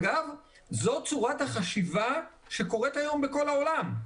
אגב, זאת צורת החשיבה שקורית היום בכל העולם.